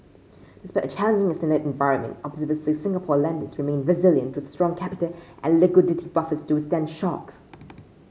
despite a challenging external environment observers said Singapore lenders remain resilient with strong capital and liquidity buffers to withstand shocks